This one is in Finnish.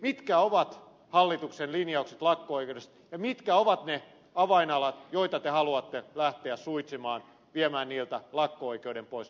mitkä ovat hallituksen linjaukset lakko oikeudessa ja mitkä ovat ne avainalat joita te haluatte lähteä suitsimaan viemään niiltä lakko oikeuden pois